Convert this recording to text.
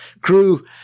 crew